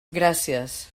gràcies